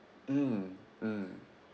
mm mm